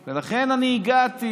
לכן, הגעתי